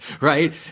right